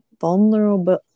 vulnerable